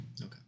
Okay